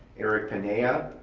eric panea,